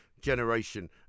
generation